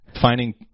finding